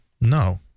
No